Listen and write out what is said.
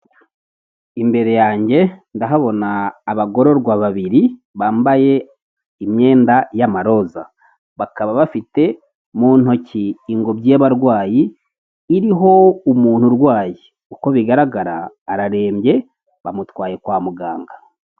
imbere yange ndahabona abagororwa babiri bambaye imyenda y'amaroza, bakaba bafite muntoki ingobyi y'abarwayi iriho umuntu urwaye, uko bigaragara ararembye bamutwaye kwa muganga.